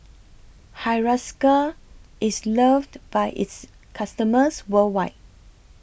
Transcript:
Hiruscar IS loved By its customers worldwide